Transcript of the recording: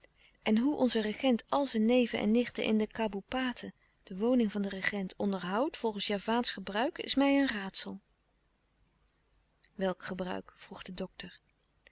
en hoe onze regent al zijn neven en nichten in de aboepaten de woning van den egent onderhoudt volgens javaansch gebruik is mij een raadsel welk gebruik vroeg de dokter